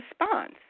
response